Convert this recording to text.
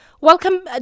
Welcome